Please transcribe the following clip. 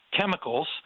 chemicals